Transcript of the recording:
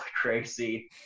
crazy